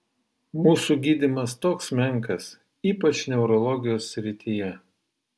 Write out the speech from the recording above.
mūsų gydymas toks menkas ypač neurologijos srityje